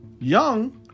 Young